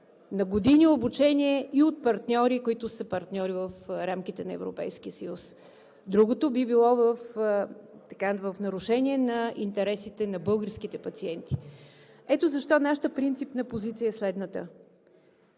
на години обучение и от партньори, които са партньори в рамките на Европейския съюз. Другото би било в нарушение на интересите на българските пациенти. Ето защо нашата принципна позиция е следната.